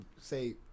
say